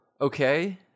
okay